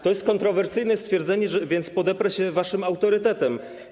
To jest kontrowersyjne stwierdzenie, więc podeprę się waszym autorytetem.